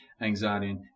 anxiety